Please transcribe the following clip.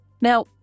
Now